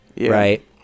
right